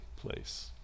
place